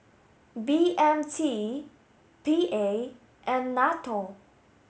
B M T P A and NATO